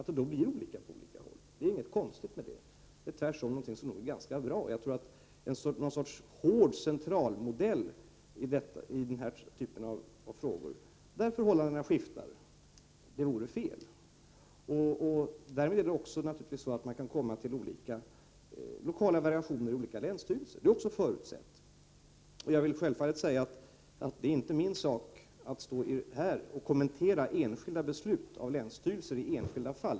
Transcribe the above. Att förhållandena är SKiItar pa Ounka nau, vore ICiaKUgt. Men getta memor ant man I viKa länsstyrelser kan komma fram till olika instruktioner. Det är också förutsett. Men det är inte min sak att här kommentera beslut av länsstyrelserna i enskilda fall.